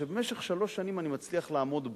שבמשך שלוש שנים אני מצליח לעמוד בו: